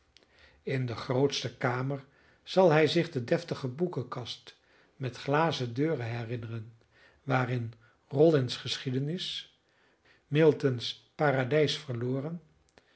in de grootste kamer zal hij zich de deftige boekenkast met glazen deuren herinneren waarin rollins geschiedenis miltons paradijs verloren